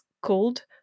called